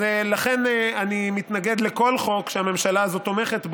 לכן אני מתנגד לכל חוק שהממשלה הזאת תומכת בו,